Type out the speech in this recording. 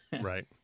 Right